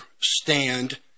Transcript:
stand